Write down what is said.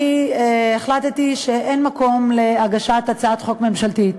אני החלטתי שאין מקום להגשת הצעת חוק ממשלתית